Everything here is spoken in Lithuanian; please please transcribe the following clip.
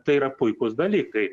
tai yra puikūs dalykai